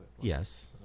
yes